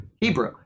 hebrew